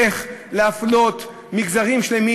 איך להפלות מגזרים שלמים